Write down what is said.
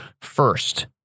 First